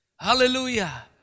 Hallelujah